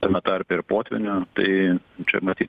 tame tarpe ir potvynio tai čia matyt